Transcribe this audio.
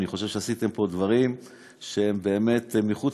אני חושב שעשיתם פה דברים שהם באמת מחוץ,